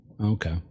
Okay